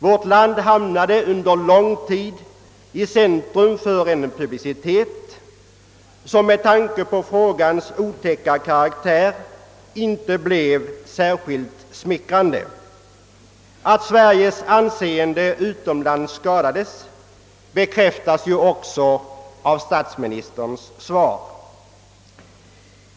Vårt land var under lång tid centrum för en publicitet som med tanke på frågans otäcka karaktär inte var särskilt smickrande. Att Sveriges anseende utomlands skadades, bekräftas också av statministerns svar.